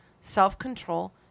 self-control